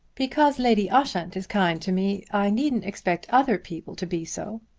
because lady ushant is kind to me i needn't expect other people to be so.